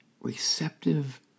receptive